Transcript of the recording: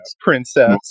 Princess